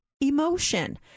emotion